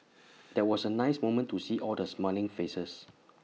that was A nice moment to see all the smiling faces